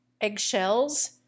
eggshells